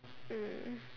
mm